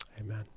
Amen